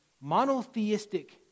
monotheistic